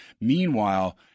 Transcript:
Meanwhile